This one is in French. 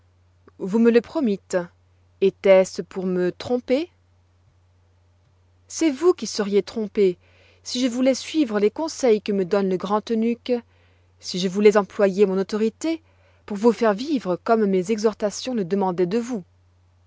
vous me le promîtes étoit ce pour me tromper c'est vous qui seriez trompées si je voulois suivre les conseils que me donne le grand eunuque si je voulois employer mon autorité pour vous faire vivre comme mes exhortations le demandoient de vous